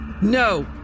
No